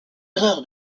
erreur